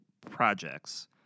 projects